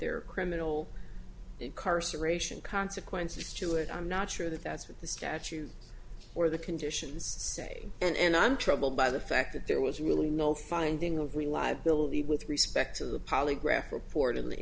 are criminal incarceration consequences to it i'm not sure that that's what the statute or the conditions say and i'm troubled by the fact that there was really no finding of reliability with respect to the polygraph report of the